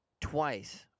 twice